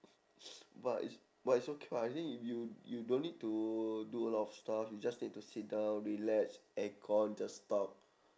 but it's but it's okay [what] I think you you don't need to do a lot of stuff you just need to sit down relax aircon just talk